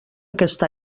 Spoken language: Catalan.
aquesta